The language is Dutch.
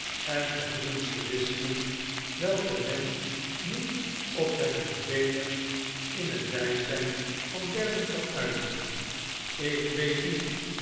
en gevoelens te wisseleh welke men niet op zijn voordeeligst in het bijzijn van derden kan uiten ik weet niet